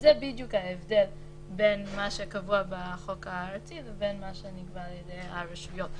וזה בדיוק ההבדל בין מה שקבוע בחוק הארצי לבין מה שנקבע על ידי הרשויות.